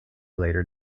later